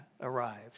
arrived